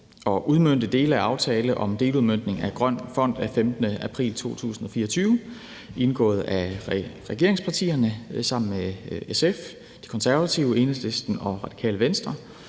at udmønte dele af aftale om »Deludmøntning om Grøn Fond« af 15. april 2024 indgået af regeringspartierne sammen med SF, De Konservative, Enhedslisten og Radikale Venstre